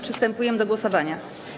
Przystępujemy do głosowania.